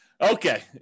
Okay